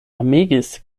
amegis